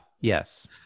yes